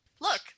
look